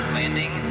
landing